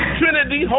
trinity